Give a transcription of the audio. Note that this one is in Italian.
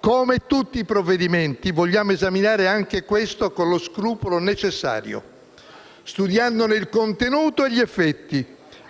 Come tutti i provvedimenti, vogliamo esaminare anche questo con lo scrupolo necessario, studiandone il contenuto e gli effetti,